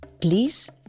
Please